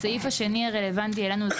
הסעיף השני שרלוונטי אלינו,